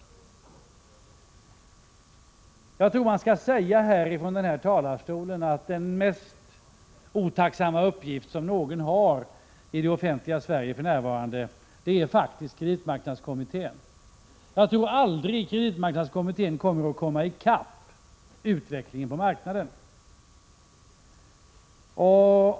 Jag tror att det bör sägas från denna talarstol att den som har den mest otacksamma uppgiften i det offentliga Sverige för närvarande faktiskt är kreditmarknadskommittén. Jag tror att kommittén aldrig kommer i kapp utvecklingen på marknaden.